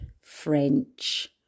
French